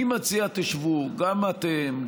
אני מציע: תשבו גם אתם,